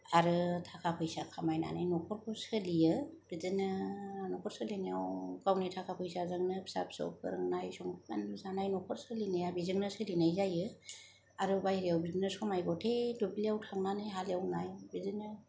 आरो थाखा फैसा खामायनानै न'खरखौ सालायो बिदिनो न'खर सोलिनायाव गावनि थाखा फैसाजोंनो फिसा फिसौ फोरोंनाय संसार जानाय न'खर सोलिनाया बेजोंनो सोलिनाय जायो आरो बायहेरायाव बिदिनो समाय मथे दुब्लियाव थांनानै हालेवनाय बिदिनो